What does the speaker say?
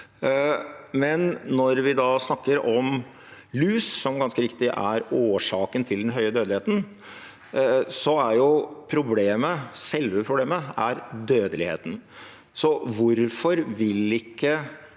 år. Når vi snakker om lus, som ganske riktig er årsaken til den høye dødeligheten, er jo selve problemet dødeligheten. Hvorfor vil ikke